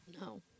No